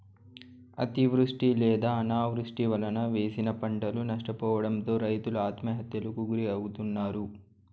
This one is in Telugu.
అతివృష్టి లేదా అనావృష్టి వలన వేసిన పంటలు నష్టపోవడంతో రైతులు ఆత్మహత్యలకు గురి అవుతన్నారు